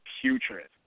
putrid